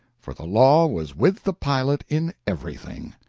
for the law was with the pilot in everything.